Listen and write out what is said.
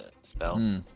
spell